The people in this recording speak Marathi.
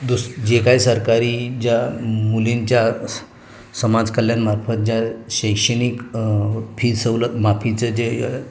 दुस जे काय सरकारी ज्या मुलींच्या समाज कल्याणामार्फत ज्या शैक्षणिक फी सवलत माफीचं जे